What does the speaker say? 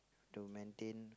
to maintain